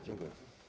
Dziękuję.